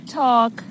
talk